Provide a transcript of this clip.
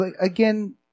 again